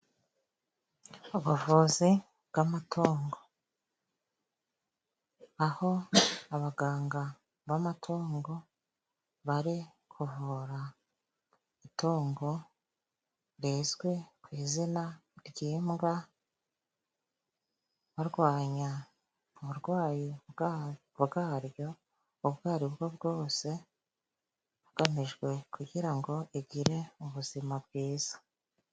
Ubuvuzi bw'amatungo, aho abaganga b'amatungo bari kuvura itungo rizwi ku izina ry'mbwa, barwanya uburwayi bwaryo ubwo aribwo bwose, hagamijwe kugira ngo igire ubuzima bwiza.